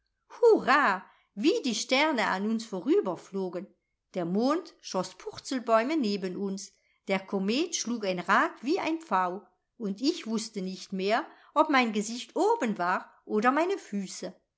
hurra wie die sterne an uns vorüberflogen der mond schoß purzelbäume neben uns der komet schlug ein rad wie ein pfau und ich wußte nicht mehr ob mein gesicht oben war oder meine füße